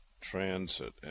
Transit